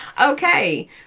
Okay